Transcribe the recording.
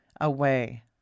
away